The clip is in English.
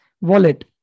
wallet